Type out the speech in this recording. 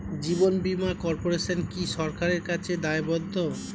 জীবন বীমা কর্পোরেশন কি সরকারের কাছে দায়বদ্ধ?